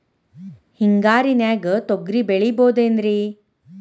ಹಿಂಗಾರಿನ್ಯಾಗ ತೊಗ್ರಿ ಬೆಳಿಬೊದೇನ್ರೇ?